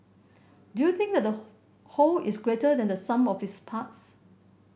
do you think the whole is greater than the sum of its parts